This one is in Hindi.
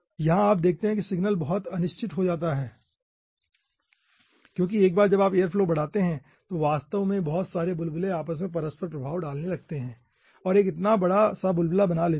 यहाँ आप देखते हैं कि सिग्नल बहुत बहुत अनिश्चित हो जाता है क्योंकि एक बार जब आप एयर का फ्लो बढ़ाते हैं तो वास्तव में बहुत सारे बुलबुले आपस में परस्पर प्रभाव डालने लगते हैं और एक बड़ा सा बुलबुला बना लेते हैं